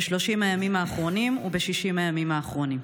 ב-30 הימים האחרונים וב-60 הימים האחרונים?